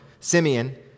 Simeon